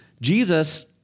Jesus